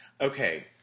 Okay